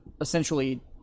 essentially